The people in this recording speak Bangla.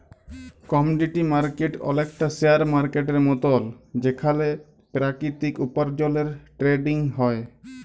কমডিটি মার্কেট অলেকটা শেয়ার মার্কেটের মতল যেখালে পেরাকিতিক উপার্জলের টেরেডিং হ্যয়